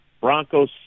Broncos